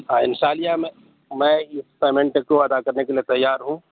ہاں ان شاء اللہ میں میں اس پیمنٹ کو ادا کرنے کے لیے تیار ہوں